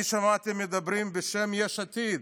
אני שמעתי שמדברים בשם יש עתיד.